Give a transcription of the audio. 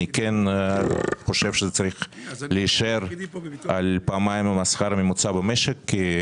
אני כן חושב שזה צריך להישאר על פעמיים השכר הממוצע במשק.